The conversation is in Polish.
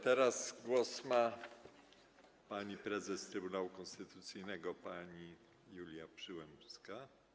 Teraz głos ma prezes Trybunału Konstytucyjnego pani Julia Przyłębska.